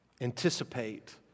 Anticipate